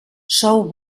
sou